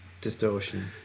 distortion